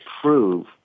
prove